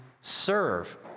serve